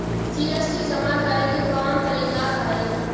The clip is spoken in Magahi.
जी.एस.टी जमा करे के कौन तरीका हई